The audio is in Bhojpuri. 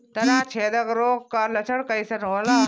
तना छेदक रोग का लक्षण कइसन होला?